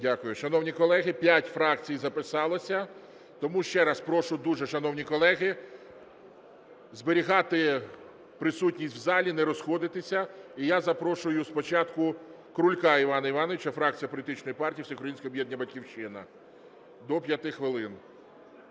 Шановні колеги, п'ять фракцій записалося. Тому ще раз прошу дуже, шановні колеги, зберігати присутність в залі, не розходитися. І я запрошую спочатку Крулька Івана Івановича, фракція політичної партії "Всеукраїнське об'єднання "Батьківщина", до 5 хвилин.